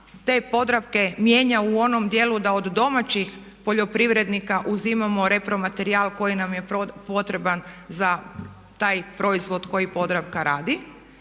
te Podravke mijenja u onom dijelu da od domaćih poljoprivrednika uzimamo repro materijal koji nam je potreban za taj proizvod koji Podravka radi